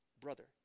brother